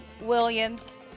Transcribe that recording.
Williams